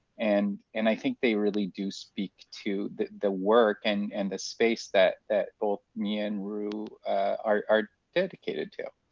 and and i think they really do speak to the the work and and the space that that both mia and roo are dedicated to.